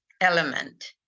element